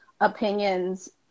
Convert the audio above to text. opinions